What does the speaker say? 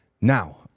Now